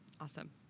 Awesome